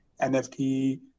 nft